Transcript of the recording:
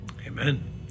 Amen